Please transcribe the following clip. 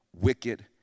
wicked